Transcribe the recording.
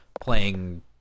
playing